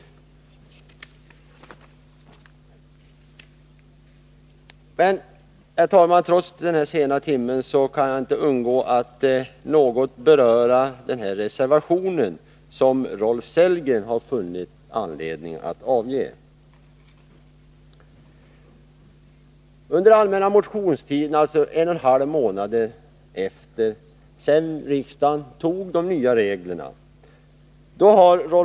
Herr talman! Trots den sena timmen kan jag inte underlåta att något beröra den reservation som Rolf Sellgren har funnit anledning att avge.